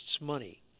money